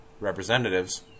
representatives